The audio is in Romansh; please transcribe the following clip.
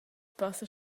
passa